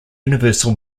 universal